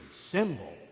symbol